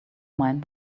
mind